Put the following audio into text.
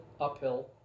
uphill